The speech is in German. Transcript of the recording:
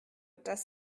das